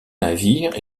navires